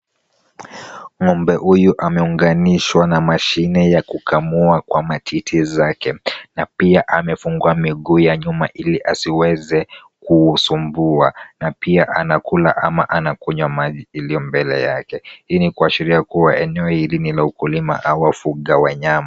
Ng'ombe huyu ameunganishwa na mashine ya kukamua kwa matiti zake na pia amefungwa miguu ya nyuma ili asiweze kusumbua na pia anakula ama anakunywa maji iliyo mbele yake, hii ni kuashiria kuwa eneo hili ni la ukulima au wafuga wanyama.